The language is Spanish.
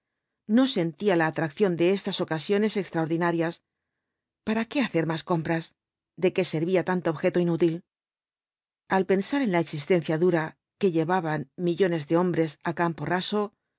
no sentía la atracción de estas ocasiones extraordinarias para qué hacer más compras de qué servía tanto objeto inútil al pensar en la existencia dura que llevaban millones de hombres á campo raso